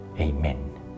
Amen